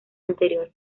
anterior